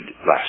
last